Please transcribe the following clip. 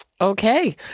Okay